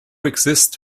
exist